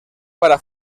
para